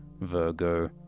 Virgo